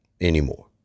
anymore